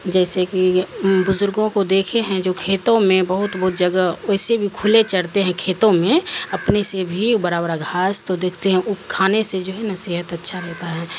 جیسے کہ بزرگوں کو دیکھے ہیں جو کھیتوں میں بہت بہت جگہ ویسے بھی کھلے چڑھتے ہیں کھیتوں میں اپنے سے بھی برا برا گھاس تو دیکھتے ہیں کھانے سے جو ہے نہا صحت اچھا رہتا ہے